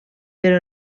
però